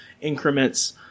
increments